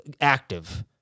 active